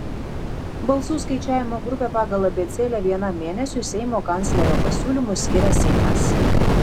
balsų skaičiavimo grupę pagal abėcėlę vienam mėnesiui seimo kanclerio pasiūlymu skiria seimas